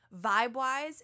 Vibe-wise